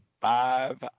five